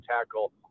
tackle